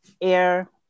air